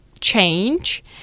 change